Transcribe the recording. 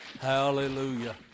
Hallelujah